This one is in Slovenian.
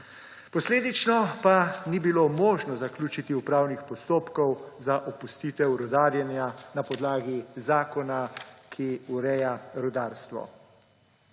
Posledično pa ni bilo možno zaključiti upravnih postopkov za opustitev rudarjenja na podlagi zakona, ki ureja rudarstvo.